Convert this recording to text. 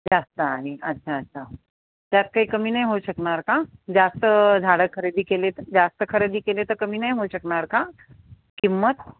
जास्त आहे अच्छा अच्छा त्यात काही कमी नाही होऊ शकणार का जास्त झाडं खरेदी केले तर जास्त खरेदी केले तर कमी नाही होऊ शकणार का किंमत